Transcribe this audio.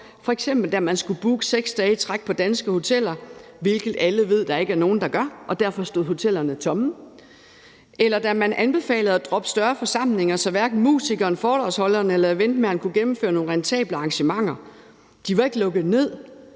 om, da man skulle booke 6 dage i træk på danske hoteller, hvilket alle ved der ikke er nogen der gør, og derfor stod hotellerne tomme; eller da man anbefalede at droppe større forsamlinger, så hverken musikeren, foredragsholderen eller eventmageren kunne gennemføre nogen rentable arrangementer. De var ikke lukket ned,